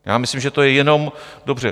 Já myslím, že to je jenom dobře.